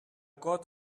god